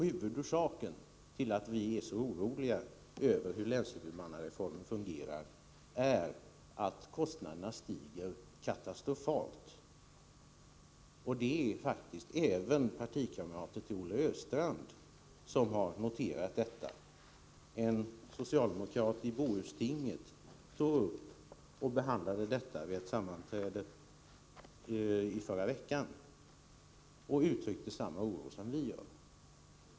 Huvudorsaken till att vi är så oroliga är, som jag sade, att kostnaderna stiger katastrofalt. Även partikamrater till Olle Östrand har noterat detta. En socialdemokrat i Bohustinget behandlade detta vid ett sammanträde i förra veckan och uttryckte samma oro som vi gör.